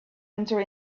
enter